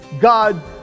God